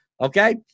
Okay